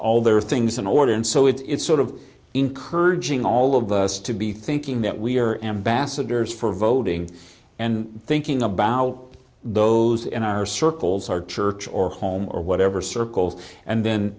all their things in order and so it's sort of encouraging all of us to be thinking that we're ambassadors for voting and thinking about those in our circles our church or home or whatever circles and then